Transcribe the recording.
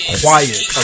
quiet